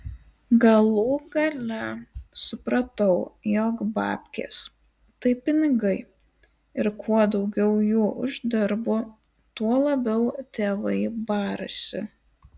galų gale supratau jog babkės tai pinigai ir kuo daugiau jų uždirbu tuo labiau tėvai barasi